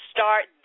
Start